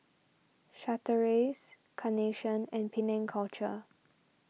Chateraise Carnation and Penang Culture